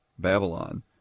Babylon